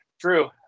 True